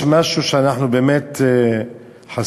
יש משהו שבו אנחנו באמת חסינים,